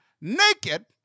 naked